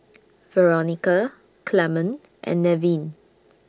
Veronica Clemon and Nevin